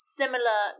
similar